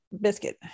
biscuit